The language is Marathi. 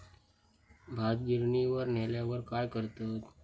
भात गिर्निवर नेल्यार काय करतत?